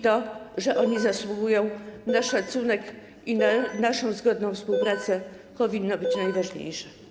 To, że oni zasługują na szacunek i na naszą zgodną współpracę, powinno być najważniejsze.